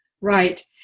Right